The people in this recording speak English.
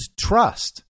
trust